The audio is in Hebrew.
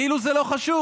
כאילו זה לא חשוב.